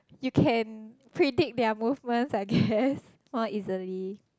you can predict their movements I guess more easily